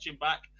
back